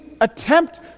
attempt